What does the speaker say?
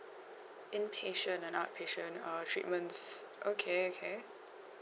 inpatient and outpatient uh treatments okay okay